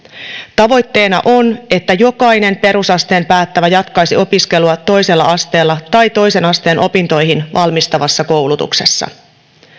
tavoitteena on että jokainen perusasteen päättävä jatkaisi opiskelua toisella asteella tai toisen asteen opintoihin valmistavassa koulutuksessa